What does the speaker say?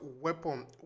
weapon